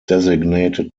designated